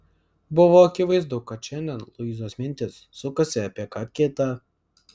buvo akivaizdu kad šiandien luizos mintys sukasi apie ką kita